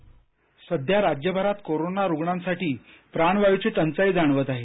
VC सध्या राज्यभरात corona रुग्णांसाठी प्राणवायूची टंचाई जाणवत आहे